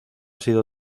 sido